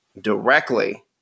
directly